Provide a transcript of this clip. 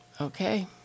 Okay